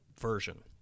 version